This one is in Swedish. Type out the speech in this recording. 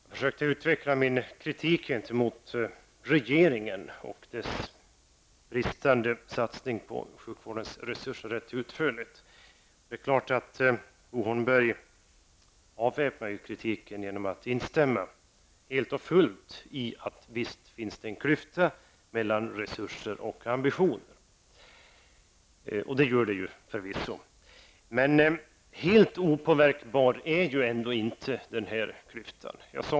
Herr talman! Jag försökte utveckla min kritik gentemot regeringen och dess bristande satsning på sjukvården rätt utförligt. Bo Holmberg avväpnade kritiken genom att instämma helt och fullt i att det visst finns en klyfta mellan resurser och ambitioner. Det gör det förvisso. Men helt opåverkbar är inte denna klyfta.